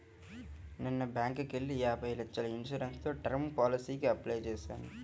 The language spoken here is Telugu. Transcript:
నిన్న బ్యేంకుకెళ్ళి యాభై లక్షల ఇన్సూరెన్స్ తో టర్మ్ పాలసీకి అప్లై చేశాను